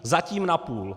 Zatím napůl.